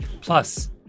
Plus